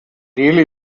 delhi